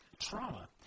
trauma